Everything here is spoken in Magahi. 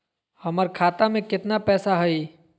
हमर खाता मे केतना पैसा हई?